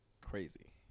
crazy